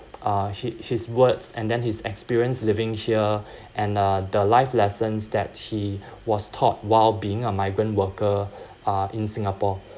uh he his words and then his experience living here and uh the life lessons that he was taught while being a migrant worker uh in singapore